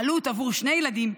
העלות עבור שני ילדים,